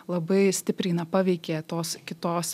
labai stipriai na paveikė tos kitos